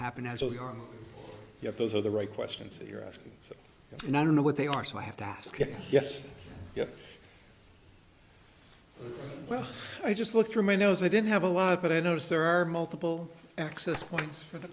happen as you have those are the right questions that you're asking and i don't know what they are so i have to ask yes yes well i just looked through my nose i didn't have a lot but i notice there are multiple access points for the